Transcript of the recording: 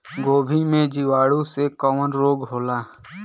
गोभी में जीवाणु से कवन रोग होला?